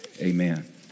amen